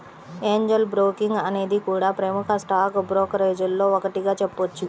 Angel Broking అనేది కూడా ప్రముఖ స్టాక్ బ్రోకరేజీల్లో ఒకటిగా చెప్పొచ్చు